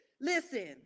Listen